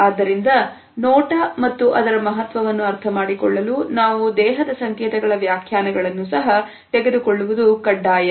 ಆದ್ದರಿಂದ ನೋಟ ಮತ್ತು ಅದರ ಮಹತ್ವವನ್ನು ಅರ್ಥಮಾಡಿಕೊಳ್ಳಲು ನಾವು ದೇಹದ ಸಂಕೇತಗಳ ವ್ಯಾಖ್ಯಾನಗಳನ್ನು ಸಹ ತೆಗೆದುಕೊಳ್ಳುವುದು ಕಡ್ಡಾಯ